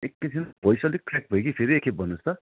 एक छिन भोइस अलिक क्रेक भयो कि फेरि एक खेप भन्नु होस् त